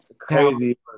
crazy